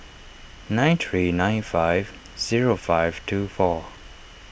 nine three nine five zero five two four